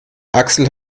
axel